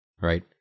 right